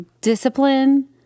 discipline